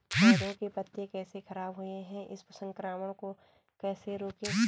पौधों के पत्ते कैसे खराब हुए हैं इस संक्रमण को कैसे रोकें?